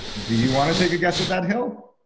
do you want to take a guess at that hill?